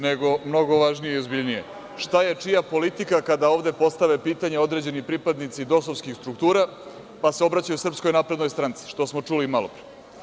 Nego, mnogo važnije i ozbiljnije, šta je čija politika kada ovde postave pitanje određeni pripadnici DOS-ovskih struktura, pa se obraćaju SNS, što smo čuli i malopre.